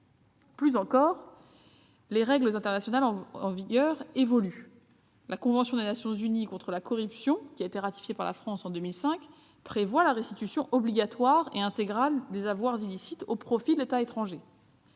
De surcroît, les règles internationales en la matière évoluent. La convention des Nations unies contre la corruption, ratifiée par la France en 2005, prévoit la restitution obligatoire et intégrale des avoirs illicites au profit de l'État étranger.